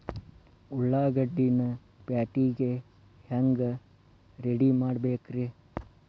ಉಳ್ಳಾಗಡ್ಡಿನ ಪ್ಯಾಟಿಗೆ ಹ್ಯಾಂಗ ರೆಡಿಮಾಡಬೇಕ್ರೇ?